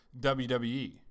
wwe